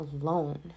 alone